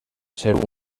ser